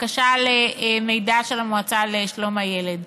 בקשה למידע של המועצה לשלום הילד,